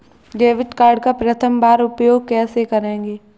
Debit card का प्रथम बार उपयोग कैसे करेंगे?